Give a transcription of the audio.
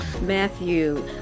Matthew